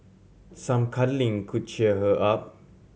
some cuddling could cheer her up